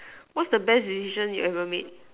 what's the best decision you ever made